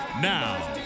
Now